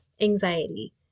anxiety